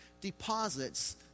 deposits